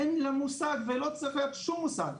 אין לה מושג ולא צריך להיות לה שום מושג.